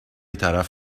طرف